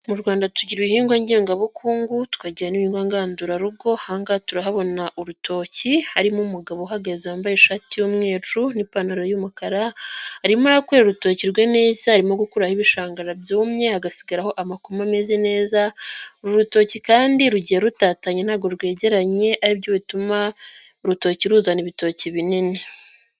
Mu Rwanda tugira ibihingwa ngengabukungu tukagira n'ibingwa ngandurarugo, ahangaha turahabona urutoki harimo umugabo uhagaze wambaye ishati y'umweru n'ipantaro y'umukara, arimo arakorera urutoki rwe neza, arimo gukuraho ibishangarara byumye agasigaho amakoma ameze neza, uru rutoki kandi rugiye rutatanye ntabwo rwegeranye aribyo bituma urutoki ruzana ibitoki binini.